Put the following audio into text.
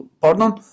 Pardon